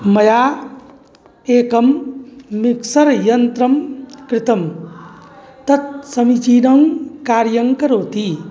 मया एकं मिक्सर् यन्त्रं क्रीतं तत् समीचीनं कार्यङ्करोति